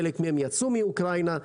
חלק מהם יצאו מאוקראינה.